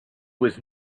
was